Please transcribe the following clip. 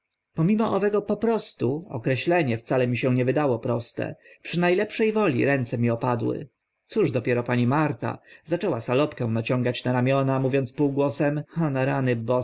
pomimo owego po prostu określenie wcale mi się nie wydało proste przy na lepsze woli ręce mi opadły cóż dopiero pani marta zaczęła salopkę naciągać na ramiona mówiąc półgłosem a na rany